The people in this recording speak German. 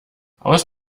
aus